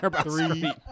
three